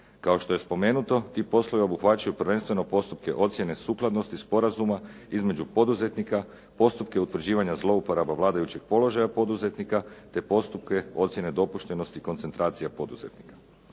Kao što je spomenuto ti poslovi obuhvaćaju prvenstveno postupke ocjene sukladnosti sporazuma između poduzetnika, postupke utvrđivanja zlouporaba vladajućeg položaja poduzetnika te postupke ocjene dopuštenosti koncentracija poduzetnika.